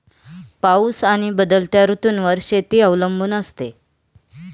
पाऊस आणि बदलत्या ऋतूंवर शेती अवलंबून असते